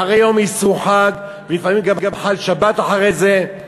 אחרי יום אסרו חג, לפעמים גם חל שבת אחרי זה.